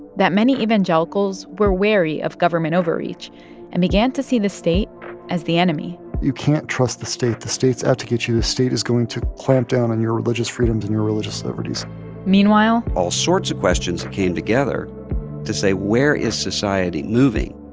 that many evangelicals were wary of government overreach and began to see the state as the enemy you can't trust the state. the state's out to get you. the state is going to clamp down on your religious freedoms and your religious liberties meanwhile. all sorts of questions came together to say where is society moving?